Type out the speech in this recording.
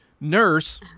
nurse